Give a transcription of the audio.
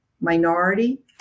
minority